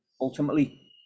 ultimately